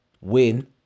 win